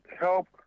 help